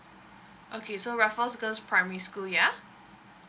okay so raffles girls' primary school yeah